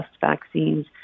vaccines